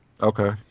Okay